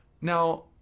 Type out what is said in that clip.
Now